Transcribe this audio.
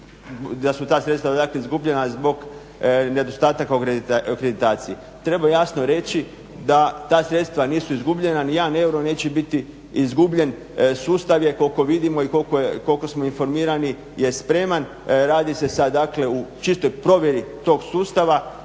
da su ta sredstva dakle izgubljena zbog nedostataka o kreditaciji. Treba jasno reći da ta sredstva nisu izgubljena, ni jedan euro neće biti izgubljen, sustav je koliko vidimo i koliko smo informirani je spreman, radi se sad dakle o čistoj provjeri tog sustava